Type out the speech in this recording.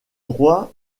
droit